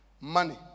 money